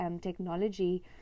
technology